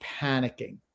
panicking